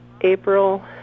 April